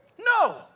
No